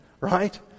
right